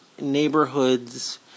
neighborhoods –